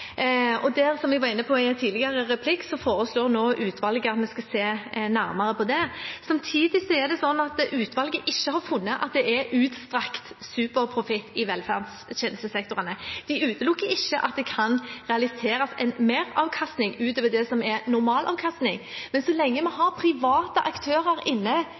i en tidligere replikk, foreslår nå utvalget at vi skal se nærmere på det. Samtidig er det slik at utvalget ikke har funnet at det er utstrakt superprofitt i velferdstjenestesektorene. Det utelukker ikke at det kan realiseres en meravkastning utover det som er normalavkastning, men så lenge vi har private aktører inne